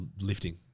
lifting